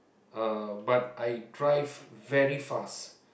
uh but I drive very fast